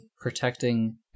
protecting